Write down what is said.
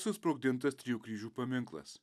susprogdintas trijų kryžių paminklas